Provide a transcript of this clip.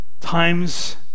Times